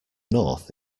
north